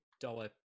dollar